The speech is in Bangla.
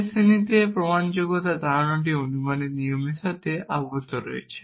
শেষ শ্রেণিতে প্রমাণযোগ্যতার ধারণাটি অনুমানের নিয়মের সাথে আবদ্ধ রয়েছে